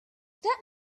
that